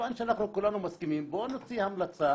כיוון שאנחנו כולנו מסכימים בואו נוציא המלצה